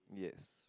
yes